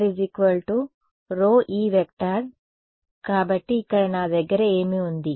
JE కాబట్టి అక్కడ నా దగ్గర ఏమి ఉంది